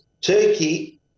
Turkey